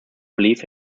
believe